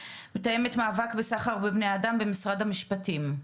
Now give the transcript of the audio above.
מתאמת המאבק בסחר בבני אדם במשרד המשפטים.